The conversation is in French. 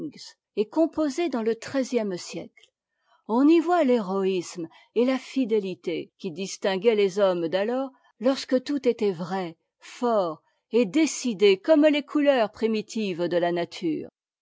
et composé dans le treizième siècle on y voit l'héroïsme et la fidélité qui distinguaient les hommes d'alors lorsque tout était vrai fort et décidé comme les couleurs primitives de a nature